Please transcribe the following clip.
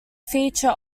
feature